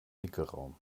wickelraum